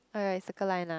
Circle Line ah